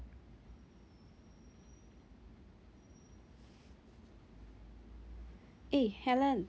eh helen